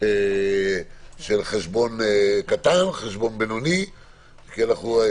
של חשבון קטן, חשבון בינוני וכו'.